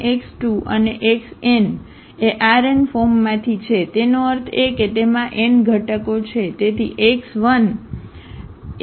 તેથી x1 x2 અને xn એ Rn ફોર્મમાંથી છે તેનો અર્થ એ કે તેમાં n ઘટકો છે તેથી x1 x2 xn